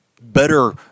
better